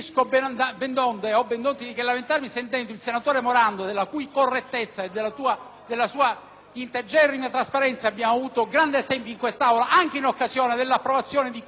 integerrima trasparenza abbiamo avuto grande esempio in quest'Aula, anche in occasione dell'approvazione di quegli emendamenti da cui egli si dissociò. Pertanto, ho grande dispiacere per quello che sta avvenendo e chiederei